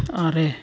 ᱟᱨᱮ